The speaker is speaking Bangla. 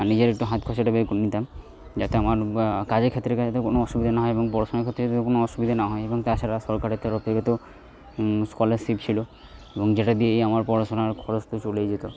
নিজের একটু হাত খরচাটা বের করে নিতাম যাতে আমার বা কাজের ক্ষেত্রে কোনো অসুবিধে না হয় এবং পড়াশোনার ক্ষেত্রে যাতে কোনো অসুবিধে না হয় এবং তাছাড়া সরকারের তরফ থেকে তো স্কলারশিপ ছিল এবং যেটা দিয়েই আমার পড়াশোনার খরচ তো চলেই যেত